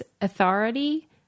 authority